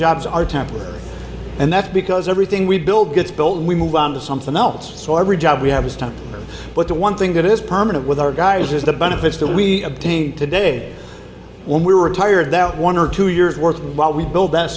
jobs are temporary and that's because everything we build gets build we move on to something else so every job we have is tough but the one thing that is permanent with our guys is the benefits that we obtained today when we were tired that one or two years work while we build that